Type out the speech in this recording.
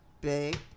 Big